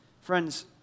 Friends